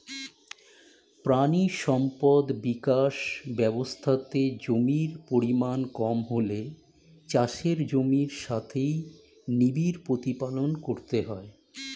প্রাণী সম্পদ বিকাশ ব্যবস্থাতে জমির পরিমাণ কম হলে চাষের জমির সাথেই নিবিড় প্রতিপালন করতে হয়